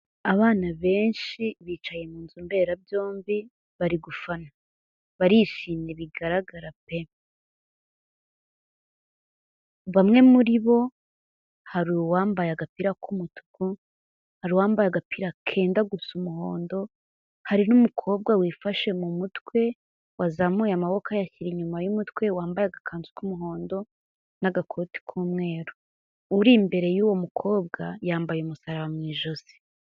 Abana benshi bicaye mu nzu mberabyombi bari gufana. Barishimye bigaragara pe! Bamwe muri bo hari uwambaye agapira k'umutuku, hari uwambaye agapira kenda gusa umuhondo, hari n'umukobwa wifashe mu mutwe wazamuye amaboko ayashyira inyuma y'umutwe wambaye agakanzu k'umuhondo n'agakoti k'umweru. Uri imbere y'uwo mukobwa yambaye umusaraba mu ijosi.